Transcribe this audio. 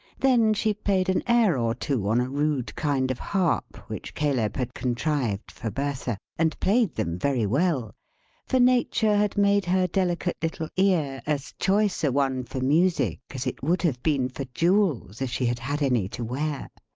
then, she played an air or two on a rude kind of harp, which caleb had contrived for bertha and played them very well for nature had made her delicate little ear as choice a one for music as it would have been for jewels, if she had had any to wear.